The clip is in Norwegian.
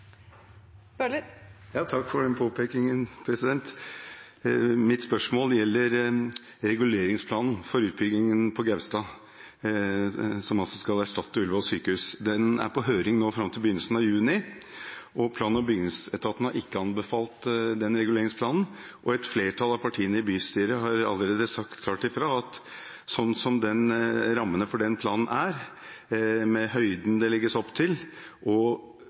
Takk for den påpekingen. Mitt spørsmål gjelder reguleringsplanen for utbyggingen på Gaustad, som altså skal erstatte Ullevål sykehus. Den er på høring nå fram til begynnelsen av juni. Plan- og bygningsetaten har ikke anbefalt den reguleringsplanen, og et flertall av partiene i bystyret har allerede sagt klart fra om at sånn rammene for den planen er, med høyden det legges opp til, og